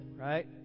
right